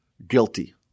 Guilty